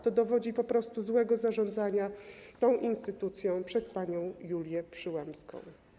To dowodzi po prostu złego zarządzania tą instytucją przez panią Julię Przyłębską.